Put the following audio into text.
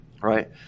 Right